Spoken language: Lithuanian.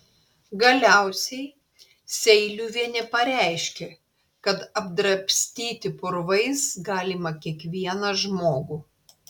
galiausiai seiliuvienė pareiškė kad apdrabstyti purvais galima kiekvieną žmogų